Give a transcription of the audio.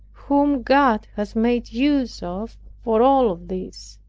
whom god has made use of for all of this.